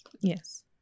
Yes